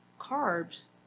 carbs